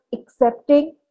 accepting